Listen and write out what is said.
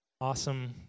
Awesome